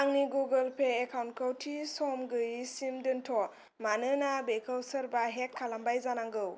आंनि Google Pay एकाउन्टखौ थि सम गैयिसिम दोनथ' मानोना बेखौ सोरबा हेक खालामबाय जानांगौ